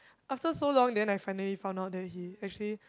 after so long then I finally find out then he actually